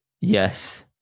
Yes